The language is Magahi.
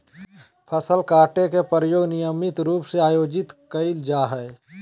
फसल काटे के प्रयोग नियमित रूप से आयोजित कइल जाय हइ